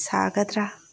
ꯁꯥꯒꯗ꯭ꯔꯥ